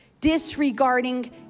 disregarding